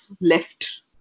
left